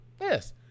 Yes